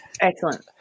Excellent